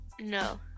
No